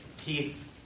Keith